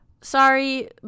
sorry